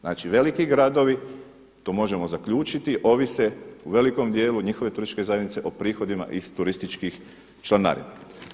Znači veliki gradovi tu možemo zaključiti ovise u velikom djelu od njihove turističke zajednice o prihodima iz turističkih članarina.